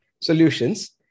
solutions